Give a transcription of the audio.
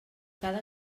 cada